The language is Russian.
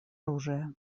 оружия